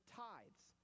tithes